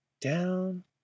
down